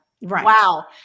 Wow